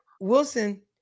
Wilson